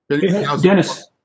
Dennis